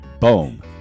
boom